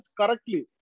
correctly